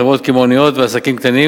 חברות קמעוניות ועסקים קטנים.